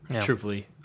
truthfully